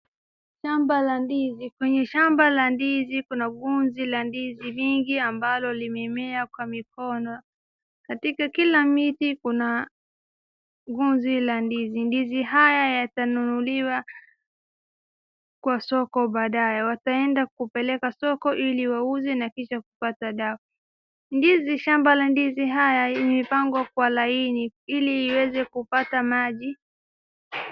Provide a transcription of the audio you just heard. Shamba la ndizi. Kwenye shamba la ndizi kuna gunzi la ndizi nyingi ambalo limemea kwa mikono. Katika kila miti kuna gunzi la ndizi. Ndizi haya yatanunuliwa kwa soko baadae, wateenda kupeleka soko ili wauze na kisha kupata dafu. Ndizi, shamba la ndizi haya imepangwa kwa laini ili iweze kupata maji.